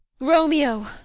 Romeo